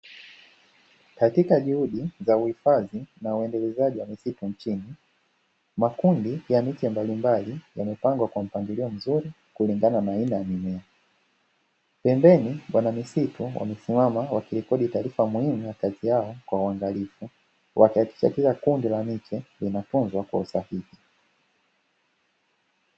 Katika juhudi za uhifadhi na undelezaji wa misitu nchini, makundi ya miche mbalimbali yamepangwa kwa mpangilio mzuri kulingana na aina ya mimea. Pembeni wanamisitu wamesimama wakirekodi taarifa muhimu, wakifanya kazi yao kwa uangalifu wakihakikisha kila kundi la miche linatunzwa kwa usahihi.